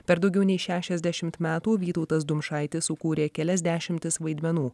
per daugiau nei šešiasdešimt metų vytautas dumšaitis sukūrė kelias dešimtis vaidmenų